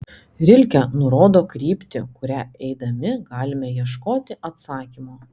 rilke nurodo kryptį kuria eidami galime ieškoti atsakymo